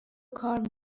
کار